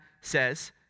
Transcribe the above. says